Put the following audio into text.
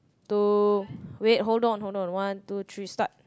two wait hold on hold on one two three start